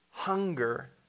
hunger